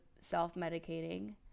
self-medicating